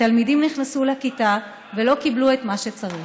שהתלמידים נכנסו לכיתה ולא קיבלו את מה שצריך.